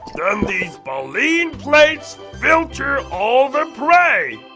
then these baleen plates filter all the prey!